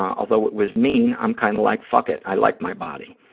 although it was mean, i'm kind of like, fuck it, i like my body.